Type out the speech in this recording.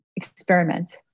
experiment